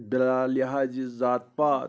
بِلا لِہاظ ذات پات